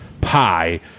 pie